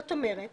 זאת אומרת